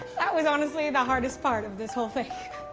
that was honestly the hardest part of this whole thing.